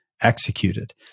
executed